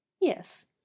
Yes